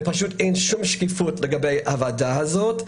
ופשוט אין שום שקיפות לגבי הוועדה הזאת.